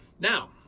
Now